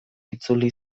itzuli